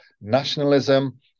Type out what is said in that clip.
nationalism